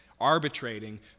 arbitrating